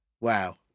Wow